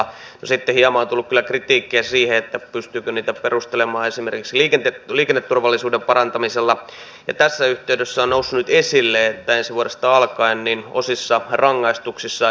no sitten hieman on tullut kyllä kritiikkiä siitä pystyykö niitä perustelemaan esimerkiksi liikenneturvallisuuden parantamisella ja tässä yhteydessä on noussut nyt esille että ensi vuodesta alkaen osissa rangaistuksia esimerkiksi